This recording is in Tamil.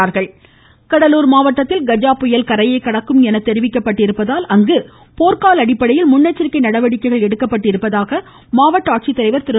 ம் ம் ம் ம் ம கஜா புயல் தொடர்ச்சி கடலூர் மாவட்டத்தில் கஜா புயல் கரையை கடக்கும் என்று தெரிவிக்கப்பட்டுள்ளதால் அங்கு போர்க்கால அடிப்படையில் முன்னெச்சரிக்கை நடவடிக்கை எடுக்கப்பட்டுள்ளதாக மாவட்ட ஆட்சித்தலைவர் திரு